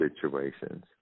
situations